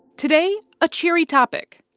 today, a cheery topic,